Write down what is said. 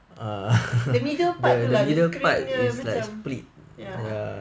the middle part tu lah the screen punya macam